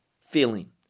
feeling